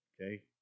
Okay